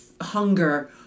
hunger